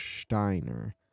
Steiner